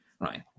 Right